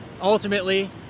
ultimately